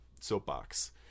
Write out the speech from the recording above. soapbox